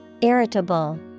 Irritable